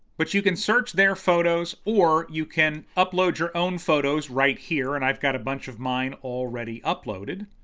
but you can search their photos or you can upload your own photos right here, and i've got a bunch of mine already uploaded.